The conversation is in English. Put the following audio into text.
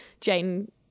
Jane